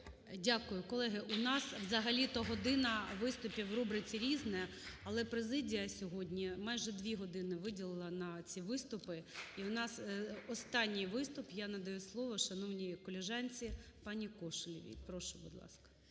Дякую. Колеги, у нас взагалі-то година виступів у рубриці "Різне", але президія сьогодні майже дві години виділила на ці виступи. І у нас останній виступ, я надаю слово шановній колежанці пані Кошелєвій. Прошу, будь ласка.